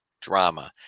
drama